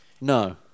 no